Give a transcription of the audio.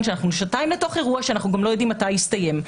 שאנחנו שנתיים בתוך אירוע שאנחנו גם לא יודעים מתי הוא יסתיים.